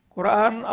Quran